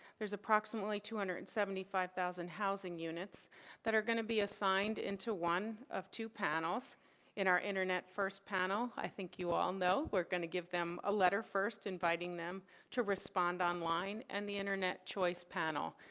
there is approximately two hundred and seventy five thousand housing units that are going to be assigned into one of two panels n our internet first panel, i think you all know we are going to give them a letter first inviting them to respond on line and the internet choice panel.